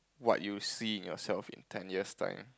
what you see in yourself in ten years time